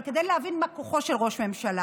אבל כדי להבין מה כוחו של ראש ממשלה: